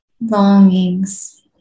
longings